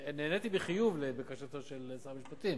נעניתי בחיוב לבקשתו של שר המשפטים.